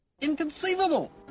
Inconceivable